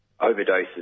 overdoses